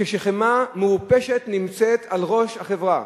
כשחמאה מעופשת נמצאת על ראש החברה.